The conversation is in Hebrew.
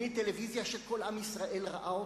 בתוכנית טלוויזיה שכל עם ישראל ראה אותה.